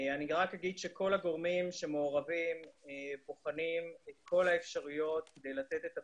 כל הגורמים שמעורבים בוחנים את כל האפשרויות כדי לתת את הפתרונות.